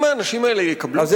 אם האנשים האלה יקבלו טיפול ראשוני,